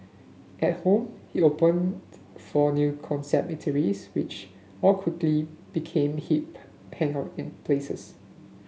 at home he opened four new concept eateries which all quickly became hip hangout in places